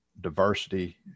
diversity